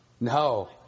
No